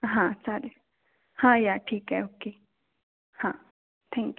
हां चालेल हां या ठीक आहे ओके हां थँक यू